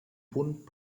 punt